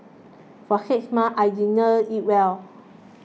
for six months I didn't eat well